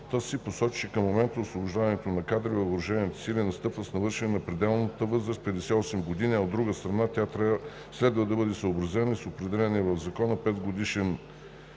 си посочи, че към момента освобождаването на кадри във въоръжените сили настъпва с навършване на пределната възраст от 58 години, а, от друга страна, тя следва да бъде съобразена и с определения в закона 5-годишен